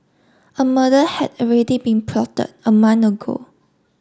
a murder had already been plotted a month ago